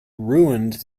ruined